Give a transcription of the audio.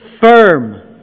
firm